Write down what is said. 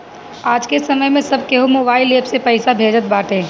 आजके समय में सब केहू मोबाइल एप्प से पईसा भेजत बाटे